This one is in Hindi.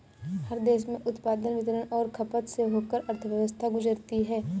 हर देश में उत्पादन वितरण और खपत से होकर अर्थव्यवस्था गुजरती है